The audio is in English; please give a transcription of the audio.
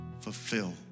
fulfill